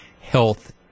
health